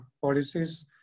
policies